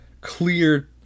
Clear